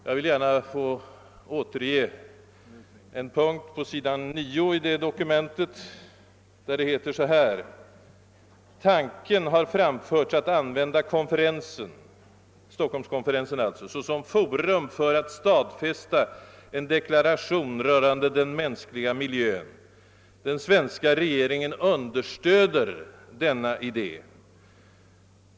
Jag vill gärna återge en punkt på s. 9 i detta dokument, där det heter: >Tanken har framförts att använda konferensen som forum för att stadfästa en deklaration rörande den mänskliga miljön. Den svenska regeringen understödjer denna idé.